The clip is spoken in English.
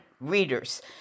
readers